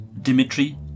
Dimitri